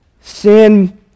Sin